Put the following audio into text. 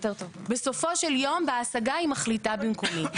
בסופו של יום, בהשגה היא מחליטה במקומי.